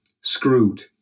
screwed